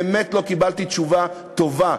באמת לא קיבלתי תשובה טובה,